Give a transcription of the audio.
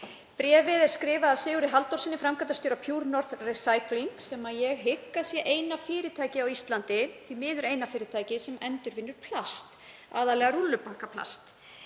Bréfið er skrifað af Sigurði Halldórssyni, framkvæmdastjóra Pure North Recycling, sem ég hygg að sé eina fyrirtækið á Íslandi, því miður eina fyrirtækið, sem endurvinnur plast, aðallega rúllubaggaplast.